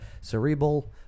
cerebral